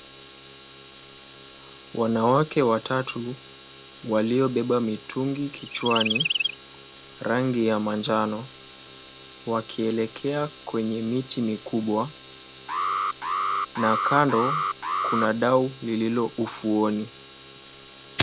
Wanawake watatu waliobeba mitungi kichwani, rangi ya manjano, wakielekea kwenye miti mikubwa na kando kuna dau lililo ufuoni.